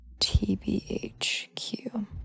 TBHQ